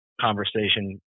conversation